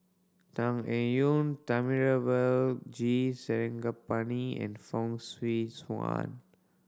Tan Eng Yoon Thamizhavel G Sarangapani and Fong Swee Suan